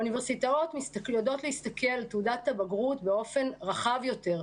האוניברסיטאות יודעות להסתכל על תעודת הבגרות באופן רחב יותר,